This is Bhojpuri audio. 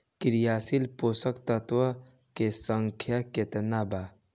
क्रियाशील पोषक तत्व के संख्या कितना बा?